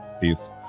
peace